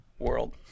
world